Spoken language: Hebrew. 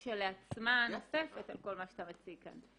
כשלעצמה נוספת על כל מה שאתה מציג כאן.